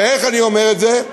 ואיך אני אומר את זה?